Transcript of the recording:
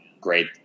great